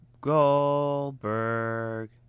Goldberg